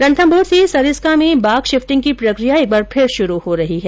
रणथम्भौर से सरिस्का में बाघ शिफ्टिंग की प्रकिया एक बार फिर शुरू हो रही है